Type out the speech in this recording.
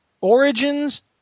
origins